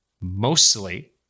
mostly